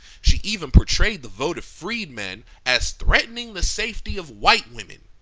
she even portrayed the vote of freedmen as threatening the safety of white women.